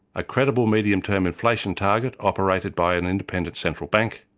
a credible medium term inflation target operated by an independent central bank,